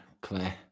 Claire